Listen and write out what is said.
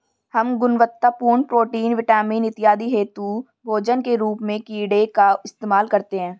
हम गुणवत्तापूर्ण protein, vitamin इत्यादि हेतु भोजन के रूप में कीड़े का इस्तेमाल करते हैं